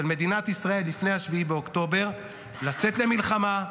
מדינת ישראל לפני 7 באוקטובר לצאת למלחמה,